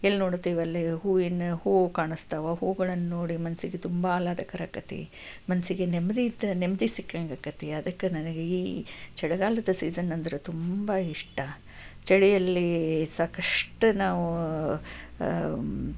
ಎಲ್ನೋಡ್ತಿವಲ್ಲಿ ಹೂವಿನ ಹೂ ಕಾಣಿಸ್ತಾವ ಹೂಗಳನ್ನು ನೋಡಿ ಮನಸ್ಸಿಗೆ ತುಂಬ ಆಹ್ಲಾದಕರ ಆಕೈತಿ ಮನಸ್ಸಿಗೆ ನೆಮ್ಮದಿ ಇರ್ತ ನೆಮ್ಮದಿ ಸಿಕ್ಕಂಗಾಕ್ತೈತಿ ಅದಕ್ಕೆ ನನಗೆ ಈ ಚಳಿಗಾಲದ ಸೀಸನ್ ಅಂದರೆ ತುಂಬ ಇಷ್ಟ ಚಳಿಯಲ್ಲಿ ಸಾಕಷ್ಟು ನಾವು